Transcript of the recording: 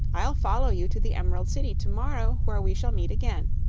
i'll follow you to the emerald city to-morrow, where we shall meet again.